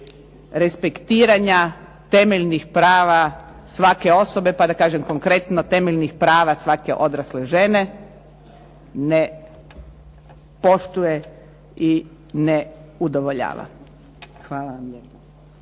respektiranja temeljnih prava svake osobe, pa da kažem konkretno temeljnih prava svake odrasle žene ne poštuje i ne udovoljava. Hvala vam lijepa.